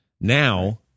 Now